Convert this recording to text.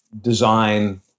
design